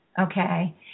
Okay